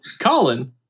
Colin